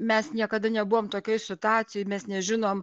mes niekada nebuvom tokioj situacijoj mes nežinom